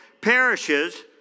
perishes